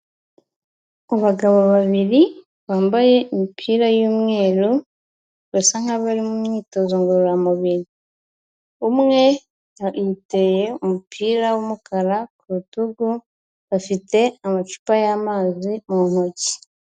Abagabo babiri bambaye imipira y'umweru basa nk'abari mu myitozo ngororamubiri, umwe yiteye umupira w'umukara ku rutugu bafite amacupa y'amazi mu ntoki.